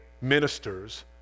Ministers